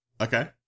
okay